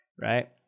Right